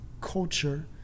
culture